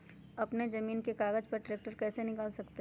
अपने जमीन के कागज पर ट्रैक्टर कैसे निकाल सकते है?